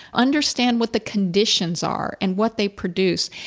understand what the conditions are and what they produce.